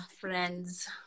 friends